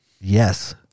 yes